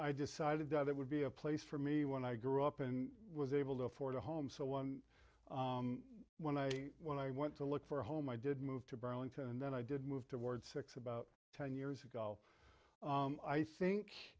i decided that it would be a place for me when i grew up and was able to afford a home so when i when i went to look for a home i did move to burlington and then i did move towards six about ten years ago i think